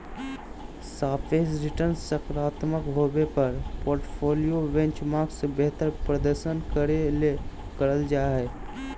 सापेक्ष रिटर्नसकारात्मक होबो पर पोर्टफोली बेंचमार्क से बेहतर प्रदर्शन करे ले करल जा हइ